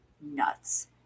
nuts